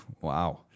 wow